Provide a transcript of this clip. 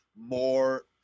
more